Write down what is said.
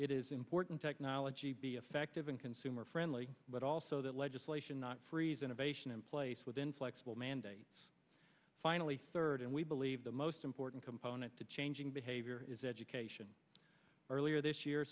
it is important technology be effective and consumer friendly but also the legislation not freeze innovation in place with inflexible mandates finally third and we believe the most important component to changing behavior is education earlier this year